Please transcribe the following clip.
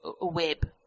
web